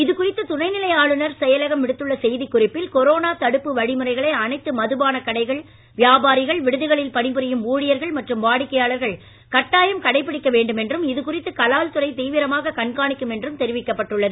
இது குறித்து துணைநிலை ஆளுநர் செயலகம் விடுத்துள்ள செய்திக்குறிப்பில் கொரோனா தடுப்பு வழிமுறைகளை அனைத்து மதுபானக்கடைகள் வியாபாாிகள் விடுதிகளில் பணிபுாியும் ஊழியர்கள் மற்றும் வாடிக்கையாளர்கள் கட்டாயம் கடைபிடிக்க வேண்டும் என்றும் இது குறித்து கலால்துறை தீவிரமாக கண்காணிக்கும் என்றும் தொிவிக்கப்பட்டுள்ளது